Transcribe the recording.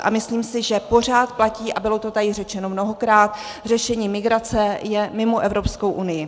A myslím si, že pořád platí, a bylo to tady řečeno mnohokrát, řešení migrace je mimo Evropskou unii.